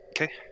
Okay